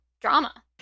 drama